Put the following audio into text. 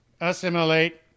Assimilate